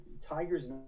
Tigers